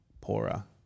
poorer